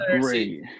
great